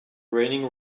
raining